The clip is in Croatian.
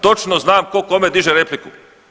Točno znam tko kome diže repliku.